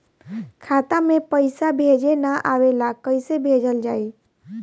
खाता में पईसा भेजे ना आवेला कईसे भेजल जाई?